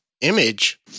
Image